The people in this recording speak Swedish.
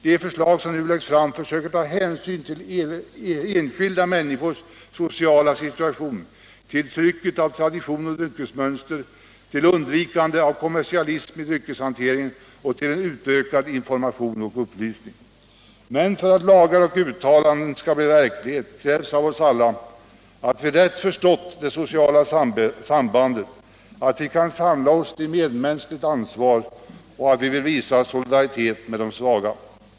De förslag som nu läggs fram försöker ta hänsyn till enskilda människors sociala situation, till trycket av traditionens dryckesmönster, till undvikande av kommersialism i dryckeshanteringen och till utökad information och upplysning. Men för att lagar och uttalanden skall bli verklighet krävs av oss alla att vi rätt förstått det sociala sambandet, att vi kan samla oss till medmänskligt ansvar och att vi vill visa solidaritet med de svaga.